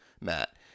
Matt